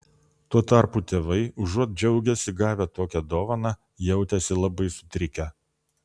tuo tarpu tėvai užuot džiaugęsi gavę tokią dovaną jautėsi labai sutrikę